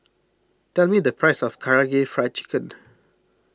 tell me the price of Karaage Fried Chicken